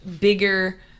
bigger